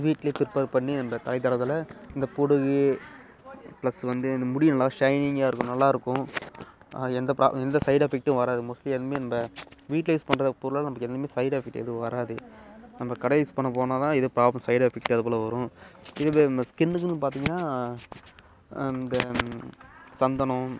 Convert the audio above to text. வீட்டிலயே ப்ரிப்பர் பண்ணி அந்த தலைக்கு தடவுறதாலே இந்த பொடுகு ப்ளஸ் வந்து இந்த முடி நல்லா ஷைனிங்காக இருக்கும் நல்லா இருக்கும் எந்த ப்ராப்ளம் எந்த சைடு எஃபெக்ட்டும் வராது மோஸ்ட்லி எதுவுமே இந்த நம்ம வீட்டில் யூஸ் பண்ணுற பொருளால் நமக்கு எதுவும் சைடுஎஃபெக்ட் எதுவும் வராது நம்ம கடை யூஸ் பண்ண போனால்தான் இது ப்ராப்ளம் சைடுஎஃபெக்ட்டு அதுபோல வரும் இதுவே நம்ம ஸ்கின்னுக்குன்னு பார்த்தீங்கன்னா அந்த சந்தனம்